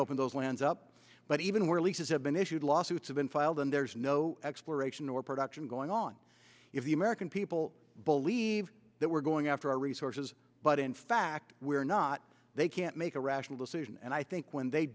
open those lands up but even where leases have been issued lawsuits have been filed and there's no exploration or production going on if you american people believe that we're going after our resources but in fact we're not they can't make a rational decision and i think when they